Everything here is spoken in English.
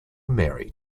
mary